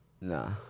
Nah